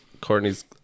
Courtney's